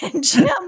Jim